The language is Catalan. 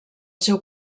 seu